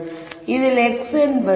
இதில் x என்பது x1x2